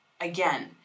again